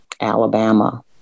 Alabama